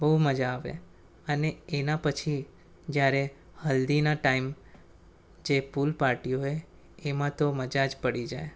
બહુ મજા આવે અને તેના પછી જ્યારે હલ્દીના ટાઈમ જે પુલ પાર્ટી હોય એમાં તો મજા જ પડી જાય